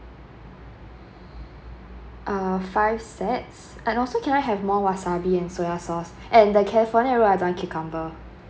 uh five sets and also can I have more wasabi and soya sauce and the california rolls I don't want cucumber